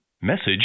Message